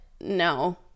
no